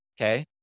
Okay